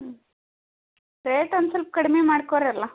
ಹ್ಞೂ ರೇಟ್ ಒಂದು ಸ್ವಲ್ಪ ಕಡಿಮೆ ಮಾಡ್ಕೊಳ್ರಲ್ಲ